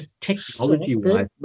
technology-wise